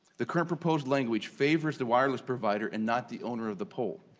the current propose language favors the wireless provider and not the owner of the pole.